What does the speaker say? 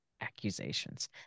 accusations